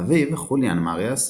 אביו, חוליאן מריאס,